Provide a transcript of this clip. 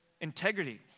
integrity